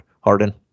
Harden